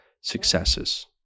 successes